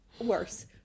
Worse